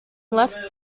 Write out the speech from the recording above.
left